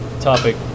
topic